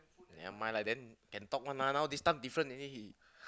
never mind then can talk one this stuff different already